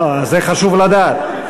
לא, זה חשוב לדעת.